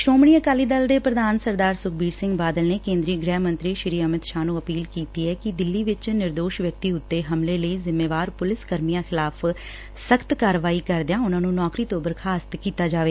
ਸ਼ੋਮਣੀ ਅਕਾਲੀ ਦਲ ਦੇ ਪੂਧਾਨ ਸੁਖਬੀਰ ਸਿੰਘ ਬਾਦਲ ਨੇ ਕੇਂਦਰੀ ਗ੍ਰਹਿ ਮੰਤਰੀ ਅਮਿਤ ਸ਼ਾਹ ਨੂੰ ਅਪੀਲ ਕੀਤੀ ਕਿ ਦਿੱਲੀ ਵਿਚ ਨਿਰਦੋਸ਼ ਵਿਅਕਤੀ ਉਂਤੇ ਹਮਲੇ ਲਈ ਜ਼ਿੰਮੇਵਾਰ ਪੁਲਿਸ ਕਰਮੀਆਂ ਖ਼ਿਲਾਫ ਸਖ਼ਤ ਕਾਰਵਾਈ ਕਰਦਿਆਂ ਉਹਨਾਂ ਨੂੰ ਨੌਕਰੀ ਤੋਂ ਬਰਖਾਸਤ ਕੀਤਾ ਜਾਵੇ